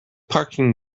parking